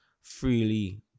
freely